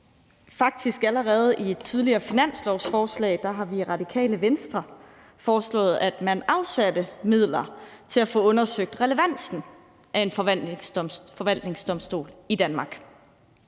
Faktisk allerede i et tidligere finanslovsforslag har vi i Radikale Venstre foreslået, at man afsatte midler til at få undersøgt relevansen af en forvaltningsdomstol i Danmark.